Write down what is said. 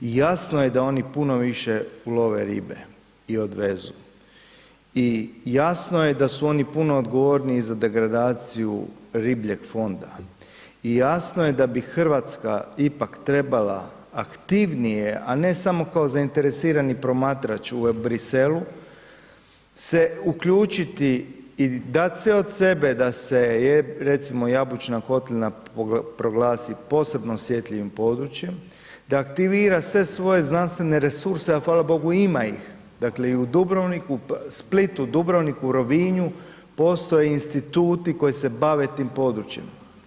Jasno je da oni puno više ulove ribe i odvezu i jasno je da su oni puno odgovorniji za degradaciju ribljeg fonda i jasno je da bi Hrvatska ipak trebala aktivnije, a ne samo kao zainteresirani promatrač u Bruxellesu se uključiti i dati sve od sebe da se recimo Jabučna kotlina proglasi posebno osjetljivim područjem, da aktivira sve svoje znanstvene resurske a hvala bogu ima ih, dakle i u Dubrovniku, Splitu, Dubrovniku, Rovinju, postoje instituti koji se bave tim područjem.